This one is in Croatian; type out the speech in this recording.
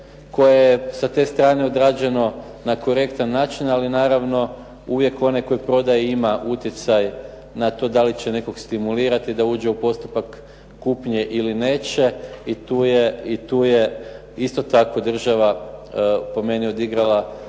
koje je sa te strane odrađeno na korektan način, ali naravno uvijek onaj koji prodaje ima utjecaj na to da li će nekog stimulirati da uđe u postupak kupnje ili neće i tu je isto tako država po meni odigrala